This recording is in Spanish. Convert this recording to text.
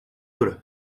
duros